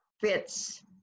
fits